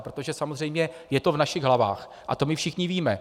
Protože samozřejmě je to v našich hlavách a to my všichni víme.